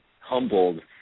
humbled